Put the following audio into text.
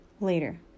later